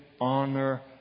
honor